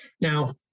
Now